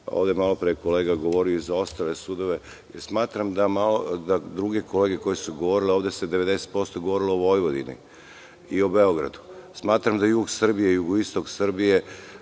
malopre, je kolega govorio i za ostale sudove. Smatram da druge kolege koje su govorile ovde, 90% se govorilo o Vojvodini i o Beogradu. Smatram da su jug Srbije i jugoistok Srbije